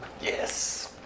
yes